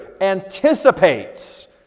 anticipates